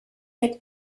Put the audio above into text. that